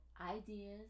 ideas